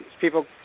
people